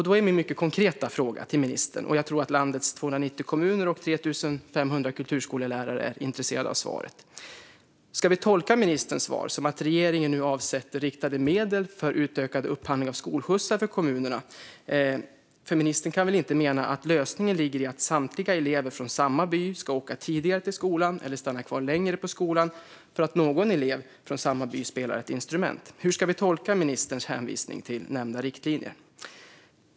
Då är min mycket konkreta fråga till ministern, och jag tror att landets 290 kommuner och 3 500 kulturskollärare är intresserade av svaret: Ska vi tolka ministerns svar som att regeringen nu avsätter riktade medel till utökad upphandling av skolskjutsar för kommunerna? För ministern kan väl inte mena att lösningen ligger i att samtliga elever från samma by ska åka tidigare till skolan eller stanna kvar längre på skolan för att någon elev från samma by spelar ett instrument? Hur ska vi tolka ministerns hänvisning till nämnda riktlinjer?